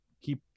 keep